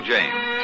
James